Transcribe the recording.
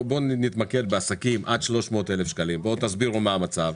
נתמקד בעסקים עד 300 אלף שקלים ותסבירו מה המצב,